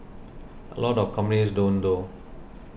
a lot of companies don't though